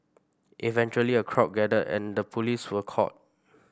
eventually a crowd gathered and the police were called